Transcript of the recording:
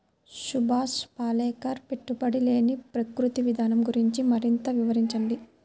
సుభాష్ పాలేకర్ పెట్టుబడి లేని ప్రకృతి విధానం గురించి మరింత వివరించండి